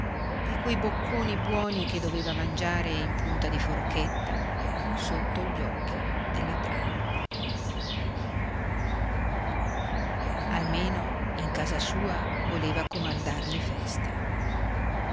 e quei bocconi buoni che doveva mangiare in punta di forchetta sotto gli occhi della trao almeno in casa sua voleva comandar le feste